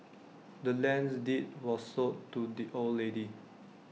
the land's deed was sold to the old lady